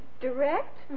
direct